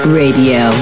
radio